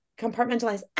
compartmentalize